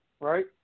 right